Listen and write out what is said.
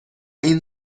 این